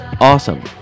awesome